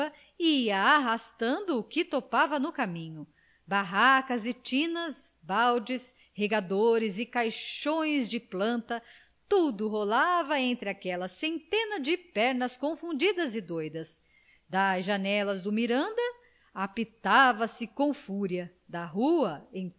arrastando o que topava no caminho barracas e tinas baldes regadores e caixões de planta tudo rolava entre aquela centena de pernas confundidas e doidas das janelas do miranda apitava se com fúria da rua